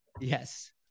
Yes